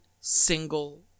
single